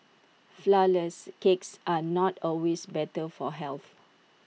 Flourless Cakes are not always better for health